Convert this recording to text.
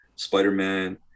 Spider-Man